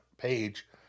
page